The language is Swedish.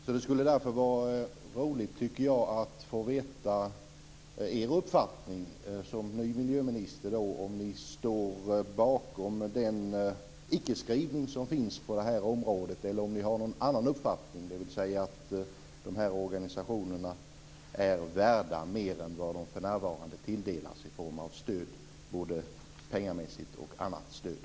Jag tycker därför att det skulle vara roligt att få veta er uppfattning som ny miljöminister och om ni står bakom den ickeskrivning som finns på det här området eller om ni har någon annan uppfattning, dvs. att dessa organisationer är värda mer än vad de för närvarande tilldelas i form av både pengamässigt stöd och annat stöd.